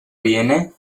viene